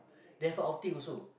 they have a outing also